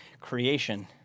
creation